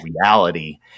reality